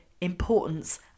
Importance